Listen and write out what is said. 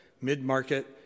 Mid-Market